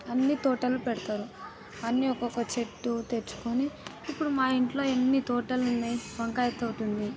అన్ని తోటలు పెడతారు అన్ని ఒక్కొక్క చెట్టు తెచ్చుకొని ఇప్పుడు మా ఇంట్లో ఎన్ని తోటలు ఉన్నాయి వంకాయ తోట ఉంది